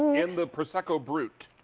in the prosecco brute,